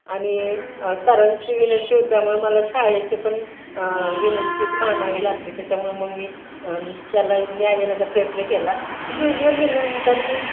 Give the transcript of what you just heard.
आणि सरांची विनंती हो त्यामुळे मला शाळेचे पण विनंती मानावी लागली त्याच्यामुळे मग मी त्याला न्याय देण्याचा प्रयत्न केला स्टेजवर गेल्यानंतर मी